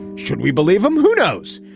should we believe him? who knows?